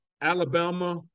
Alabama